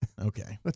okay